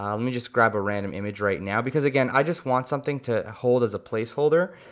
um let me just grab a random image right now because again i just want something to hold as a placeholder,